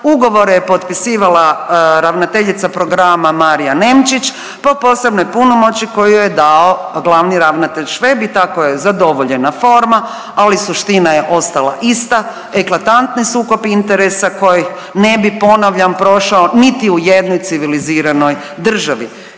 ugovore je potpisivala ravnateljica programa Marija Nemčić po posebnoj punomoći koju joj je dao glavni ravnatelj Šveb i tako je zadovoljena forma, ali suština je ostala ista, eklatantni sukob interesa koji ne bi, ponavljam, prošao niti u jednoj civiliziranoj državi.